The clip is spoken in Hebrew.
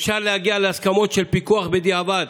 אפשר להגיע להסכמות של פיקוח בדיעבד,